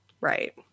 Right